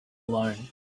alone